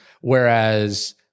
Whereas